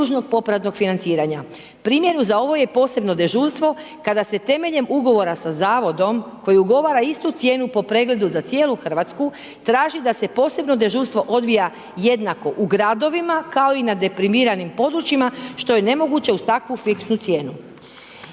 Primjer za ovo je posebno dežurstvo kada se temeljem ugovora sa zavodom koji ugovara istu cijenu po pregledu za cijelu Hrvatsku traži da se posebno dežurstvo odvija jednako u gradovima kao i na deprimiranim područjima što je nemoguće uz takvu fiksnu cijenu.